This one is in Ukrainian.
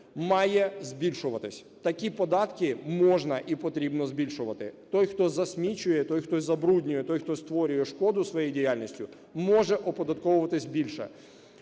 має збільшуватись. Такі податки можна і потрібно збільшувати. Той, хто засмічує, той, хто забруднює і той, хто створює шкоду своєю діяльністю, може оподатковуватись більше.